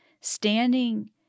standing